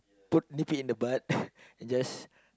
put nip it in the bud and just